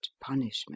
punishment